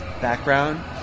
background